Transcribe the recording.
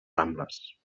rambles